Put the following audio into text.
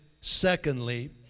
secondly